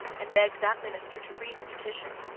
and begged that minister to read the petition,